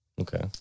Okay